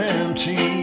empty